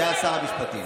כשהוא היה שר המשפטים.